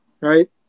right